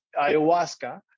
ayahuasca